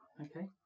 Okay